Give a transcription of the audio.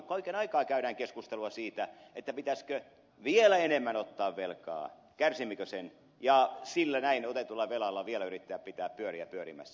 kaiken aikaa käydään keskustelua siitä pitäisikö vielä enemmän ottaa velkaa kärsimmekö sen ja sillä näin otetulla velalla vielä yrittää pitää pyöriä pyörimässä